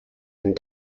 and